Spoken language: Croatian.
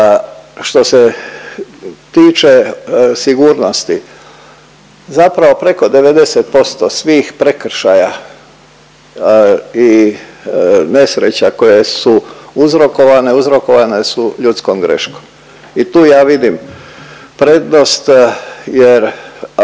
Što se tiče sigurnosti, zapravo preko 90% svih prekršaja i nesreća koje su uzrokovane, uzrokovane su ljudskom greškom i tu ja vidim prednost jer